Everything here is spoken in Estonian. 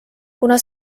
kuna